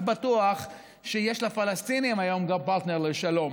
בטוח שיש לפלסטינים היום פרטנר לשלום.